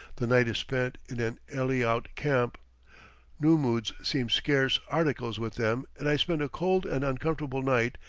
the night is spent in an eliaute camp nummuds seem scarce articles with them, and i spend a cold and uncomfortable night,